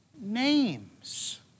names